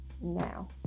now